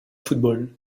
football